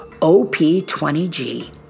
OP-20G